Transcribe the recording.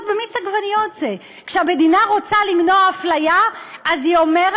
בהמשך טען שהוא לא רואה בעיה שיש עוד אישה ידועה